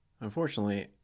Unfortunately